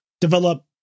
develop